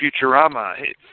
Futurama